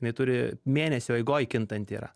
jinai turi mėnesio eigoj kintanti yra